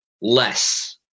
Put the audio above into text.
less